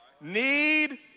need